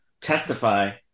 Testify